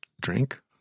drink